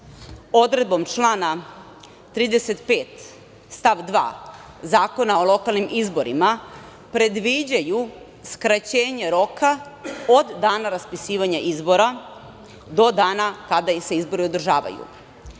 odredbom člana 35. stav 2. Zakona o lokalnim izborima predviđaju skraćenje roka od dana raspisivanja izbora do dana kada se izbori održavaju.